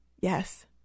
yes